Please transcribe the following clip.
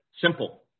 Simple